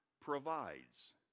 provides